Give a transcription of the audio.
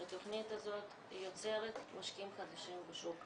שהתכנית הזאת יוצרת משקיעים חדשים בשוק.